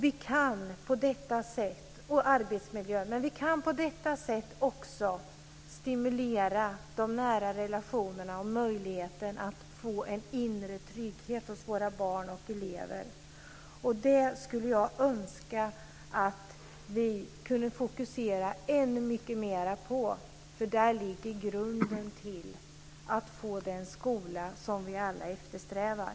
Vi kan införa mindre grupper med nära vuxenrelationer. Vi kan på detta sätt stimulera de nära relationerna och ge möjlighet till inre trygghet hos våra barn och elever. Det skulle jag önska att vi kunde fokusera ännu mycket mera på. Där ligger grunden till den skola som vi alla eftersträvar.